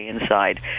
inside